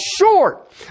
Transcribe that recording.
short